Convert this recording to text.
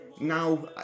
now